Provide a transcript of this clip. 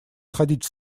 сходить